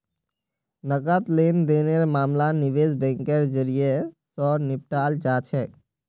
नकद लेन देनेर मामला निवेश बैंकेर जरियई, स निपटाल जा छेक